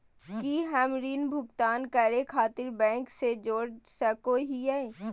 की हम ऋण भुगतान करे खातिर बैंक से जोड़ सको हियै?